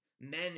men